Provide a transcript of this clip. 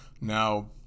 now